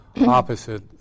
opposite